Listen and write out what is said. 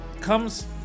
comes